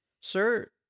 sir